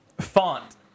Font